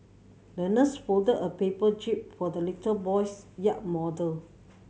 the nurse folded a paper jib for the little boy's yacht model